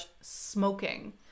smoking